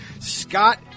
Scott